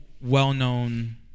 Well-known